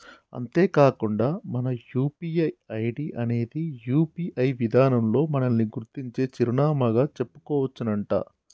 అంతేకాకుండా మన UPI ID అనేది యూ.పీ.ఐ విధానంలో మనల్ని గుర్తించే చిరునామాగా చెప్పుకోవచ్చునంట